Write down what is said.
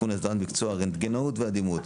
(תיקון - הסדרת מקצוע הרנטגנאות והדימות),